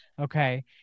okay